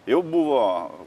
jau buvo